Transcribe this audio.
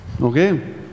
okay